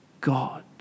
God